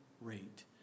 rate